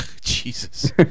Jesus